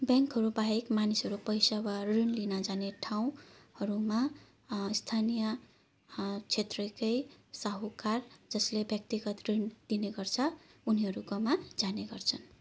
ब्याङ्कहरू बाहेक मानिसहरू पैसा वा ऋण लिन जाने ठाउँहरूमा स्थानीय क्षेत्रकै साहुकार जसले व्यक्तिगत ऋण दिने गर्छ उनीहरूकोमा जाने गर्छन्